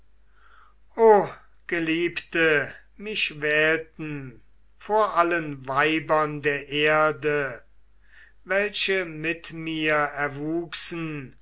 o geliebte mich wählten vor allen weibern der erde welche mit mir erwuchsen